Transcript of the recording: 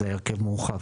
זה היה הרכב מורחב,